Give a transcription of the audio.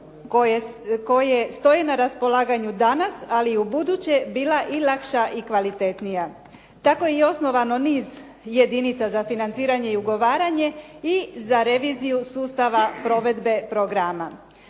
koje stoje na raspolaganju danas ali i ubuduće bila lakša i kvalitetnija. Tako je osnovano niz jedinica za financiranje i ugovaranje i za reviziju sustava provedbe programa.